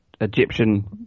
egyptian